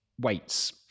weights